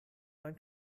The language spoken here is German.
dann